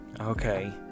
Okay